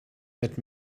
mit